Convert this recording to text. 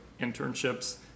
Internships